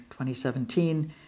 2017